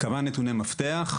כמה נתוני מפתח: